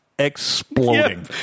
exploding